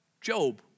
Job